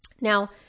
Now